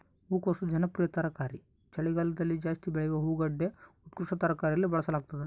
ಹೂಕೋಸು ಜನಪ್ರಿಯ ತರಕಾರಿ ಚಳಿಗಾಲದಗಜಾಸ್ತಿ ಬೆಳೆಯುವ ಹೂಗಡ್ಡೆ ಉತ್ಕೃಷ್ಟ ತರಕಾರಿಯಲ್ಲಿ ಬಳಸಲಾಗ್ತದ